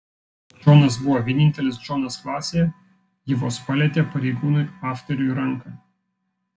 džonas buvo vienintelis džonas klasėje ji vos palietė pareigūnui afteriui ranką